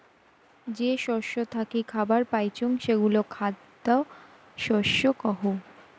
যে শস্য থাকি খাবার পাইচুঙ সেগুলা খ্যাদ্য শস্য কহু